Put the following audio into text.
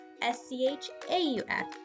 S-C-H-A-U-F